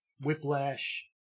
whiplash